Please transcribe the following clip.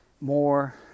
more